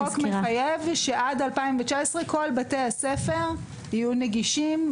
החוק מחייב שעד 2019 כל בתי הספר יהיו נגישים,